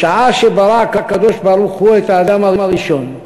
בשעה שברא הקדוש-ברוך-הוא את האדם הראשון,